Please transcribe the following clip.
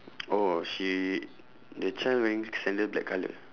oh she the child wearing sandal black colour